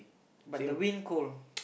but the wind cold